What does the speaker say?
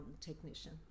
technician